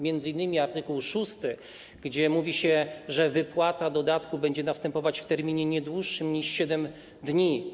M.in. art. 6, gdzie mówi się, że wypłata dodatku będzie następować w terminie nie dłuższym niż 7 dni.